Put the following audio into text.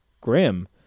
grim